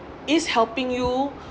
is helping you